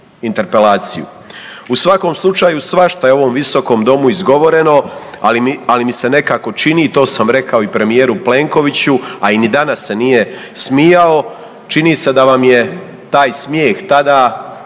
U svakom slučaju svašta je u ovom visokom domu izgovoreno, ali mi se nekako čini i to sam rekao i premijeru Plenkoviću, a i ni danas se nije smijao, čini se da vam je taj smijeh tada